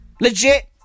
Legit